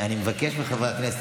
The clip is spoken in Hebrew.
אני מבקש מחברי הכנסת,